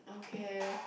okay